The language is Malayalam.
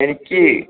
എനിക്ക്